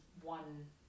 one